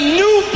new